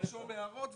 תרשמו את ההערות,